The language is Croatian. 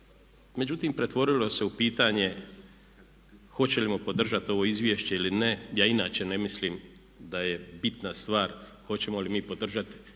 međutim pretvorilo se u pitanje hoćemo li podržati ovo izvješće ili ne. Ja inače ne mislim da je bitna stvar hoćemo li mi podržati